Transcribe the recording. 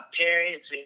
parents